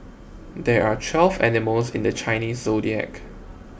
there are twelve animals in the Chinese zodiac